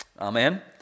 Amen